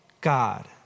God